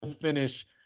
finish